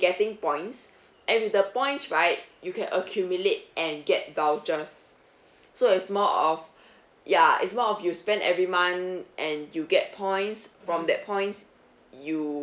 getting points and the points right you can accumulate and get vouchers so it's more of ya it's more of you spend every month and you get points from that points you